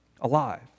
alive